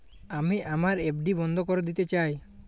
আমি আমার এফ.ডি বন্ধ করে দিতে চাই